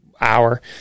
hour